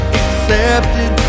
accepted